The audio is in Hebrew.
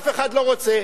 אף אחד לא רוצה.